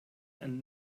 and